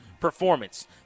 performance